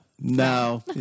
No